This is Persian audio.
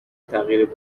تغییر